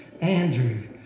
Andrew